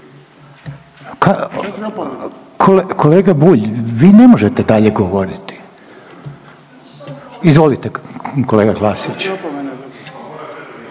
Kolega Bulj, vi ne možete dalje govoriti. Izvolite kolega Klasić.